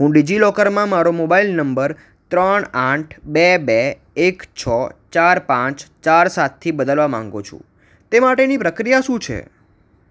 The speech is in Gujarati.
હું ડિજિલોકરમાં મારો મોબાઇલ નંબર ત્રણ આઠ બે બે એક છ ચાર પાંચ ચાર સાતથી બદલવા માગું છું તે માટેની પ્રક્રિયા શું છે